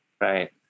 Right